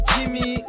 Jimmy